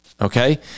Okay